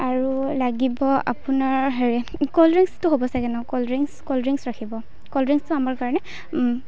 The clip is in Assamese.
আৰু লাগিব আপোনাৰ হেৰি কলড্ৰিংকচটো হ'ব চাগে ন' কলড্ৰিংকচ কলড্ৰিংকচ ৰাখিব কলড্ৰিংকচটো আমাৰ কাৰণে